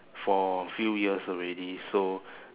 for a few years already so